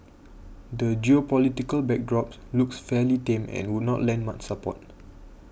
the geopolitical backdrop looks fairly tame and would not lend much support